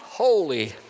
Holy